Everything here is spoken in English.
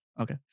Okay